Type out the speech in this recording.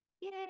Yay